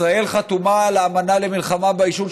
ישראל חתומה על האמנה למלחמה בעישון,